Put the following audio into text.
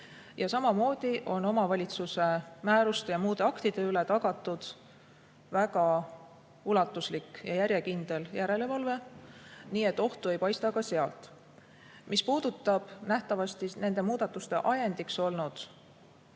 Samamoodi on omavalitsuse määruste ja muude aktide üle tagatud väga ulatuslik ja järjekindel järelevalve. Nii et ohtu ei paista ka sealt. Mis puudutab nähtavasti nende muudatuste ajendiks olnud